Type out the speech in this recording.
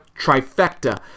trifecta